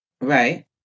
Right